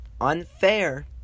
unfair